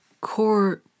core